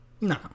No